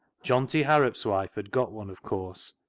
johnty harrop's wife had got one, of course,